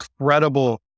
incredible